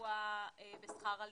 הסיוע בשכר הלימוד.